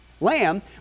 lamb